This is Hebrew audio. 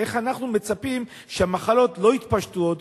אז איך אנחנו מצפים שהמחלות לא יתפשטו עוד?